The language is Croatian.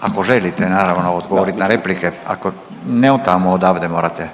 ako želite naravno odgovoriti na replike, ako ne od tamo, odavde morate.